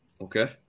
Okay